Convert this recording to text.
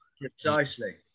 Precisely